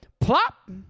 plop